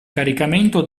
caricamento